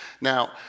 Now